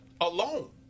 alone